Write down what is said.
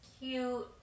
cute